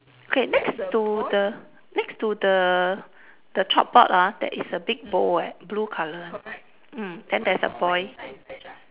okay next to the next to the the chalkboard ah there is a big bowl leh blue colour one mm then there's a boy